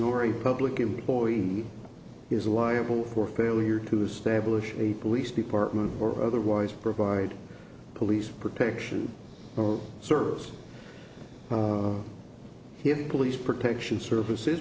you're a public employee is liable for failure to establish a police department or otherwise provide police protection or service he have police protection services